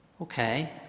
Okay